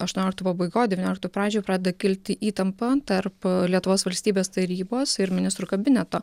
aštuonioliktų pabaigoj devynioliktų pradžioj pradeda kilti įtampa tarp lietuvos valstybės tarybos ir ministrų kabineto